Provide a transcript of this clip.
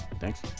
Thanks